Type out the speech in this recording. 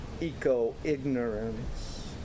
eco-ignorance